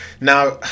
Now